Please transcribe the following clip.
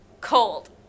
cold